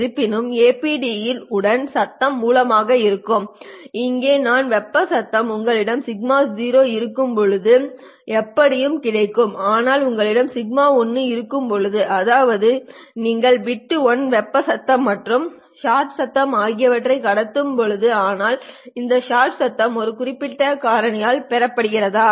இருப்பினும் APD உடன் சத்தம் மூலமாக இருக்கும் அங்கே நான் வெப்ப சத்தம் உங்களிடம் σ0 இருக்கும்போது எப்படியும் கிடைக்கும் ஆனால் உங்களிடம் σ1 இருக்கும்போது அதாவது நீங்கள் பிட் 1 வெப்ப சத்தம் மற்றும் ஷாட் சத்தம் ஆகியவற்றைக் கடத்தும்போது ஆனால் இந்த ஷாட் சத்தம் ஒரு குறிப்பிட்ட காரணியால் பெருக்கப்படுகிறதா